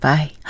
Bye